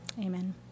Amen